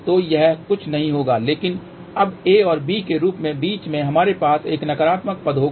तो यह कुछ नहीं होगा लेकिन अब a और b के रूप में बीच में हमारे पास एक नकारात्मक पद होगा